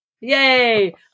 Yay